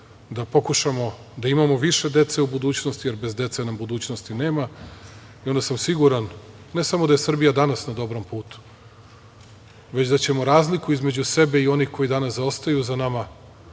da pokušamo da imamo više dece u budućnosti, jer bez dece nam budućnosti nema. Onda sam siguran ne samo da je Srbija danas na dobrom putu, već da ćemo razliku između sebe i onih koji danas zaostaju za nama